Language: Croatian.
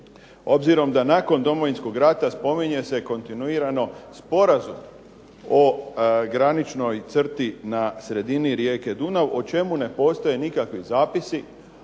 obzirom da nakon Domovinskog rata spominje se kontinuirano Sporazum o graničnoj crti na sredini rijeke Dunav, o čemu ne postoje nikakvi zapisi,